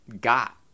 got